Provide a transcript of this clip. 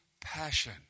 passion